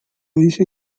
dice